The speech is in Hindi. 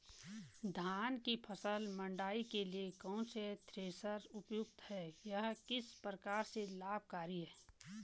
धान की फसल मड़ाई के लिए कौन सा थ्रेशर उपयुक्त है यह किस प्रकार से लाभकारी है?